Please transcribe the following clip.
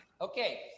Okay